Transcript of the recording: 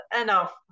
enough